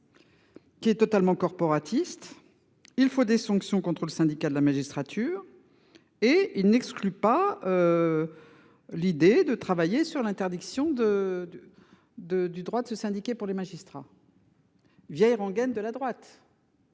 Qui est totalement corporatiste. Il faut des sanctions contre le syndicat de la magistrature. Et il n'exclut pas. L'idée de travailler sur l'interdiction de de de du droit de se syndiquer. Pour les magistrats. Vieille rengaine de la droite.